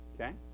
Okay